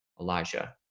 Elijah